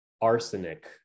arsenic